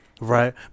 right